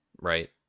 right